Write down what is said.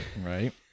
Right